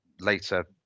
later